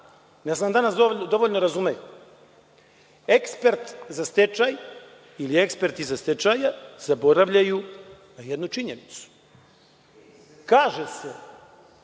da li nas dovoljno razumeju. Ekspert za stečaj ili eksperti za stečaje zaboravljaju na jednu činjenicu. Kaže se